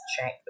check